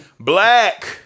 Black